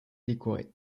décoré